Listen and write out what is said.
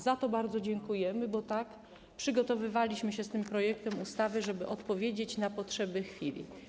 Za to bardzo dziękujemy, bo tak przygotowywaliśmy się z tym projektem ustawy, żeby odpowiedzieć na potrzeby chwili.